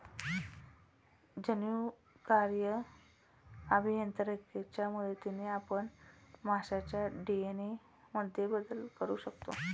जनुकीय अभियांत्रिकीच्या मदतीने आपण माशांच्या डी.एन.ए मध्येही बदल करू शकतो